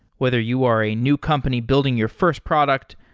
whether you are a new company building your first product,